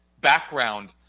background